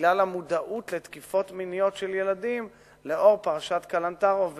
בגלל המודעות לתקיפות מיניות של ילדים לאור פרשת קלנטרוב ודומיה.